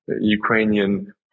Ukrainian